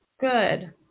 Good